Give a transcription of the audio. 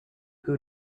who